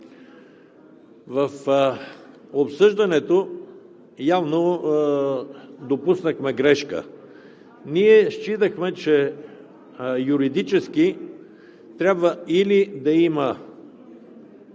В обсъждането явно допуснахме грешка. Ние считахме, че юридически трябва или да има